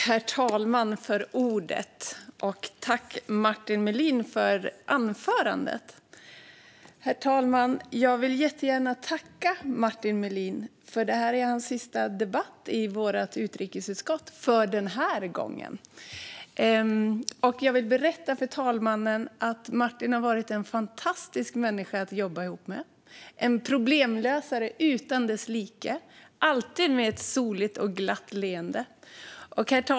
Herr talman! Tack för anförandet, Martin Melin! Herr talman! Det här är Martin Melins sista debatt i utrikesutskottet, för den här gången. Därför vill jag gärna tacka honom. Martin har varit fantastisk att jobba ihop med. Han är en problemlösare utan dess like och gör det alltid med ett soligt och glatt leende.